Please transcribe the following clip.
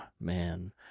man